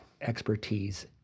expertise